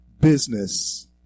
business